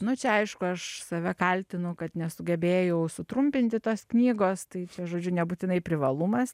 nu čia aišku aš save kaltinu kad nesugebėjau sutrumpinti tos knygos tai čia žodžiu nebūtinai privalumas